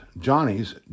Johnny's